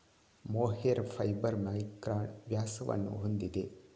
mohair fibre micron ವ್ಯಾಸವನ್ನು ಹೊಂದಿದೆ